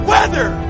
Weather